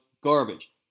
garbage